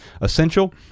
Essential